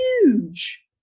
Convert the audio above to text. huge